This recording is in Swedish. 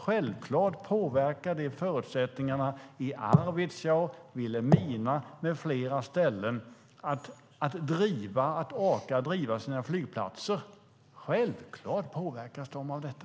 Självklart påverkar det förutsättningarna i Arvidsjaur, Vilhelmina med flera ställen att orka driva sina flygplatser. Självklart påverkas de av detta.